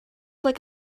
like